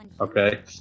Okay